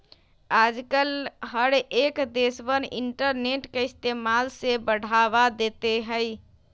आजकल हर एक देशवन इन्टरनेट के इस्तेमाल से बढ़ावा देते हई